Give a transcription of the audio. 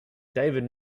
david